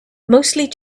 mostly